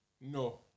No